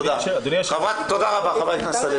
תודה רבה.